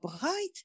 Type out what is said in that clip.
Bright